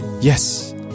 Yes